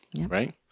Right